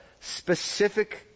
specific